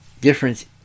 difference